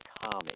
comic